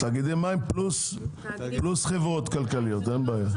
לתאגידי מים פלוס חברות כלכליות, אין בעיה.